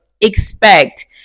expect